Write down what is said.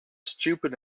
stupid